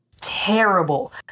terrible